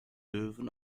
löwen